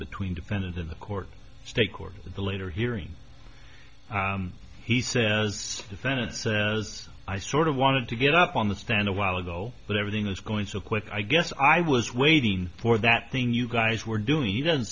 between defendant in the court stake or the later hearing he says defendant says i sort of wanted to get up on the stand a while ago but everything was going so quick i guess i was waiting for that thing you guys were doing you don't